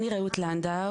אני רעות לנדאו,